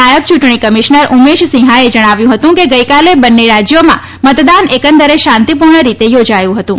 નાયબ ચૂંટણી કમિશનર ઉમેશ સિંહાએ જણાવ્યું હતું કે ગઇકાલે બંને રાજ્યોમાં મતદાન એકંદરે શાંતિપૂર્ણ રીતે યોજાયું હતું